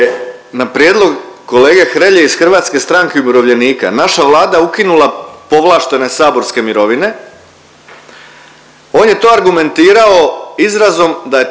na prijedlog kolege Hrelje iz Hrvatske stranke umirovljenika naša Vlada ukinula povlaštene saborske mirovine on je to argumentirao izrazom da je